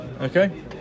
Okay